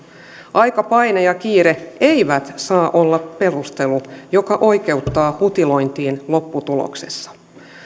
aikapaine ja kiire eivät saa olla perustelu joka oikeuttaa hutilointiin lopputuloksessa